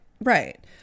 right